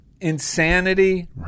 insanity